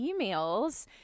emails